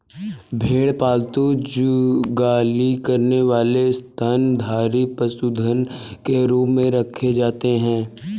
भेड़ पालतू जुगाली करने वाले स्तनधारी पशुधन के रूप में रखे जाते हैं